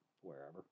wherever